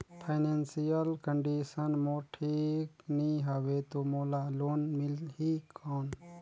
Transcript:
Financial condition मोर ठीक नी हवे तो मोला लोन मिल ही कौन??